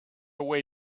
way